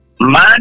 Man